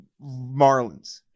Marlins